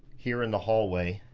here in the hallway